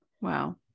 Wow